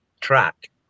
track